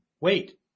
wait